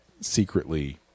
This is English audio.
secretly